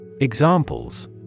Examples